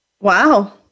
Wow